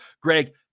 Greg